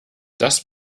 das